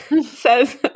says